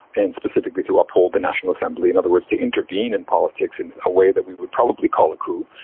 and specifically to uphold the national assembly. in other words, to intervene in politics in a way that we would probably call a coup.